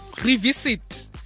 Revisit